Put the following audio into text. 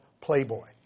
Playboy